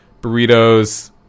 burritos